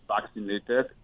vaccinated